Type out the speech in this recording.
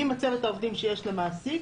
מה מצבת העובדים שיש למעסיק.